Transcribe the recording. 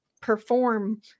perform